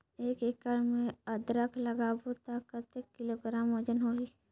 एक एकड़ मे अदरक लगाबो त कतेक किलोग्राम वजन होही?